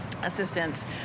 assistance